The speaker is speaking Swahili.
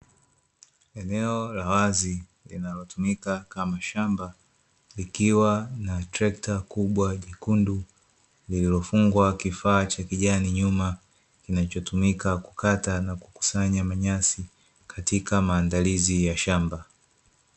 Eneo la wazi linalotumika kama shamba likiwa na trekta kubwa jekundu lililofungwa kifaa cha kijani, nyuma kinachotumika kukata na kukusanya nyasi katika maandalizi ya shamba.